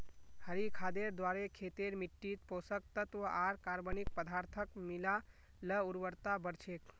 हरी खादेर द्वारे खेतेर मिट्टित पोषक तत्त्व आर कार्बनिक पदार्थक मिला ल उर्वरता बढ़ छेक